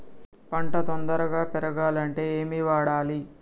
పంట తొందరగా పెరగాలంటే ఏమి వాడాలి?